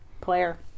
player